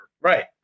Right